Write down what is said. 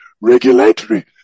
Regulatory